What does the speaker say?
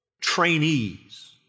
trainees